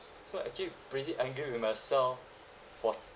so actually pretty angry with myself for